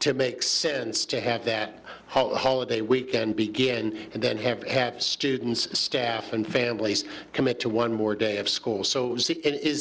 to make sense to have that whole holiday weekend begin and then have students staff and families commit to one more day of school so it i